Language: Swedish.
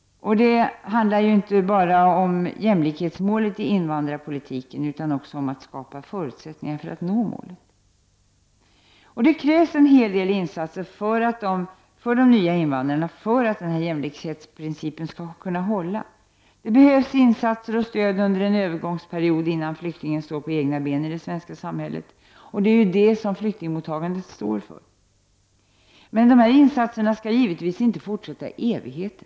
Det handlar inte bara om jämlikhetsmålet i invandrarpolitiken, utan det handlar även om att man skall skapa förutsättningar för att nå målet. Det krävs en hel del insatser för de nya invandrarna för att denna jämlikhetsprincip skall kunna hålla. Det behövs insatser och stöd under en övergångsperiod innan flyktingen står på egna ben i det svenska samhället. Och det är ju detta som flyktingmottagandet så att säga står för. Men dessa insatser skall givetvis inte fortsätta i evighet.